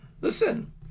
listen